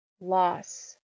Loss